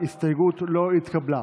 ההסתייגות (22)